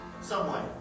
Someway